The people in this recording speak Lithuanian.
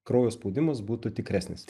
kraujo spaudimas būtų tikresnis